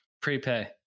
Prepay